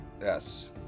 Yes